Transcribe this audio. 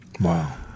Wow